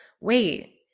wait